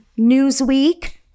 Newsweek